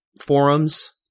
forums